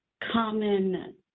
Common